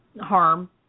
harm